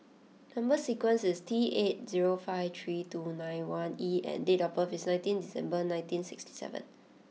number sequence is T eight zero five three two nine one E and date of birth is nineteen December nineteen sixty seven